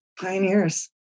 Pioneers